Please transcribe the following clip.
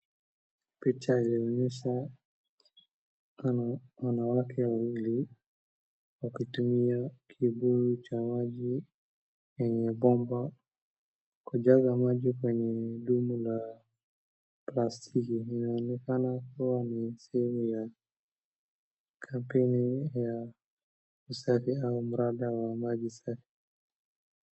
Picha inaonyesha wanawake wawili wakitumia kibuyu cha maji chenye bomba kujaza maji kwenye mtungi wa plastiki. Inaonekana kuwa ni sehemu ya kampeni ya usafi au mradi wa maji.